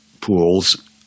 pools